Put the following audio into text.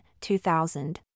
2000